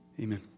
Amen